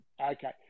Okay